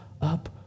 up